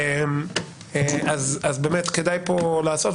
אז באמת כדאי פה לעשות,